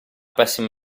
pessima